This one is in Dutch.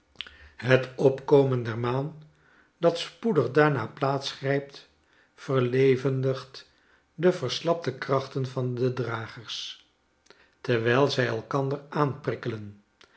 het opkomen der maan dat spoedig daarna plaats grijpt verlevendigfc de verslapte krachten van de dragers terwijl zij elkander aanprikkelen